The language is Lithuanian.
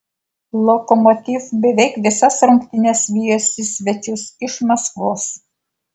lokomotiv beveik visas rungtynes vijosi svečius iš maskvos